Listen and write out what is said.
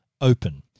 open